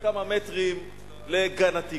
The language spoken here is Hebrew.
כמה מטרים לגן-התקווה.